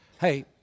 Hey